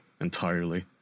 entirely